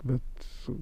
bet su